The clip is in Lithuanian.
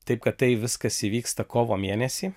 taip kad tai viskas įvyksta kovo mėnesį